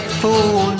fool